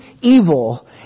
evil